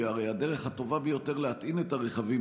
כי הרי הדרך הטובה ביותר להטעין את הרכבים